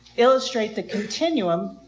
illustrate the continuum